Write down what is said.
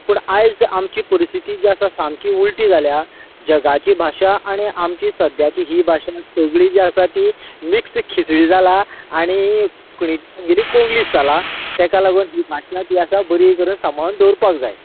पूण आयज आमची परिस्थीती जी आसा सामकी उल्टी जाल्या जगाची भाशा आनी आमची सद्याची ही भाशा सगळीं जी आसा ती मिक्स खिचडी जाला आनी कोंकणी कोंगलिश जालां तेका लागून ही भाशणा जी आसा ती बरी करून सांबाळून दवरपाक जाय